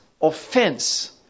offense